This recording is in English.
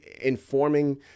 informing